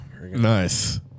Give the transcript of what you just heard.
Nice